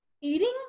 eating